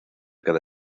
cada